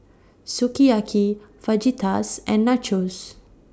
Sukiyaki Fajitas and Nachos